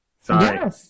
Sorry